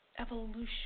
Evolution